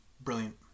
Brilliant